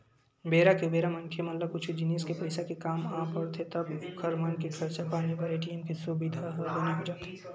बेरा के उबेरा मनखे मन ला कुछु जिनिस के पइसा के काम आ पड़थे तब ओखर मन के खरचा पानी बर ए.टी.एम के सुबिधा ह बने हो जाथे